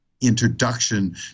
introduction